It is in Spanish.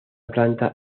planta